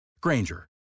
Granger